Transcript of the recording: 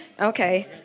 Okay